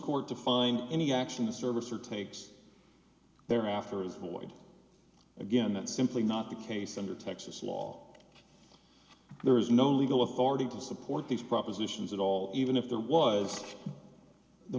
court to find any action the service or takes thereafter is void again that's simply not the case under texas law there is no legal authority to support these propositions at all even if there was the